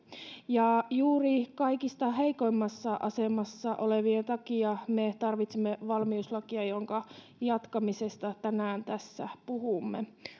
ja juuri kaikista heikoimmassa asemassa olevien takia me tarvitsemme valmiuslakia jonka jatkamisesta tänään tässä puhumme